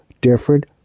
different